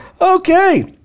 Okay